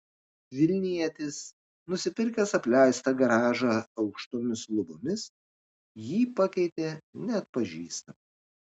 vilnietis nusipirkęs apleistą garažą aukštomis lubomis jį pakeitė neatpažįstamai